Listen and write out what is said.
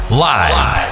live